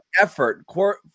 effort